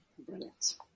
brilliant